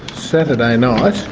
saturday night